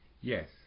Yes